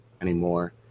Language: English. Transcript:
anymore